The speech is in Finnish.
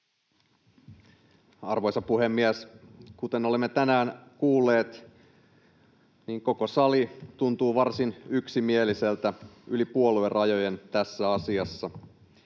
Arvoisa puhemies! Kuten olemme tänään kuulleet, niin koko sali tuntuu varsin yksimieliseltä yli puoluerajojen tässä asiassa.